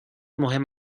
مهم